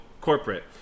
corporate